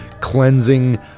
cleansing